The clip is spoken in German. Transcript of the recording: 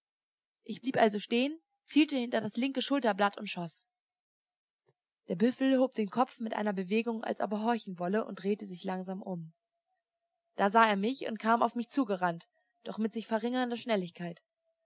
ich blieb also stehen zielte hinter das linke schulterblatt und schoß der büffel hob den kopf mit einer bewegung als ob er horchen wolle und drehte sich langsam um da sah er mich und kam auf mich zugerannt doch mit sich verringernder schnelligkeit